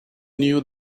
knew